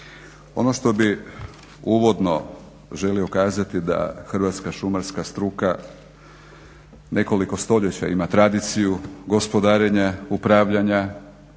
Ono što bih uvodno želio kazati da hrvatska šumarska struka nekoliko stoljeća ima tradiciju gospodarenja, upravljanja